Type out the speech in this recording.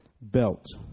belt